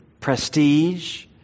prestige